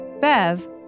Bev